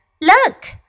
Look